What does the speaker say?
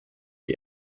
die